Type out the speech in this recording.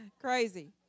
crazy